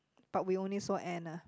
but we only saw Anna